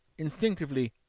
instinctively,